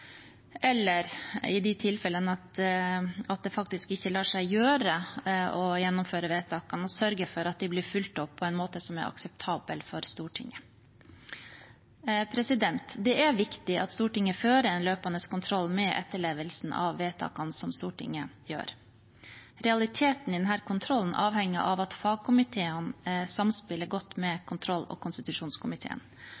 eller – i de tilfellene der det faktisk ikke lar seg gjøre å gjennomføre vedtakene – å sørge for at de blir fulgt opp på en måte som er akseptabel for Stortinget. Det er viktig at Stortinget fører en løpende kontroll med etterlevelsen av vedtakene som Stortinget gjør. Realiteten i denne kontrollen avhenger av at fagkomiteene samspiller godt med